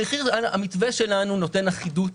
המתווה שלנו נותן אחידות,